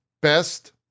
best